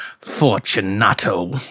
Fortunato